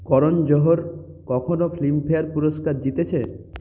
করণ জোহর কখনও ফিল্মফেয়ার পুরস্কার জিতেছে